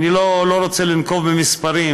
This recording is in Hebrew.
אני לא רוצה לנקוב במספרים,